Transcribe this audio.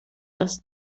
aus